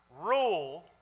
rule